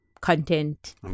content